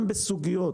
טיפלנו גם בסוגיות